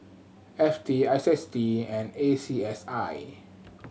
F T I S D and A C S I